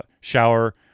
shower